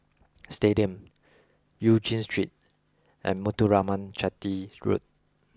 Stadium Eu Chin Street and Muthuraman Chetty Road